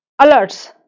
alerts